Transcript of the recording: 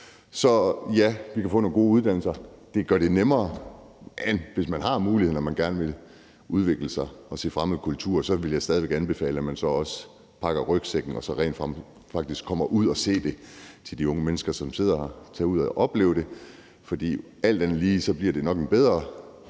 Så ja, vi kan få nogle gode uddannelser. Det gør det nemmere. Men hvis man har muligheden og man gerne vil udvikle sig og se fremmed kultur, vil jeg stadig væk anbefale, at man så også pakker rygsækken og rent faktisk kommer ud og ser det. Til de unge mennesker, som sidder her, vil jeg sige: Tag ud og oplev det. For alt andet lige bliver det nok en bedre